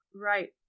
Right